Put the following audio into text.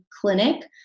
clinic